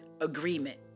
agreement